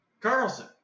Carlson